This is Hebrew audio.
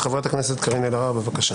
חברת הכנסת קארין אלהרר, בבקשה.